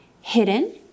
hidden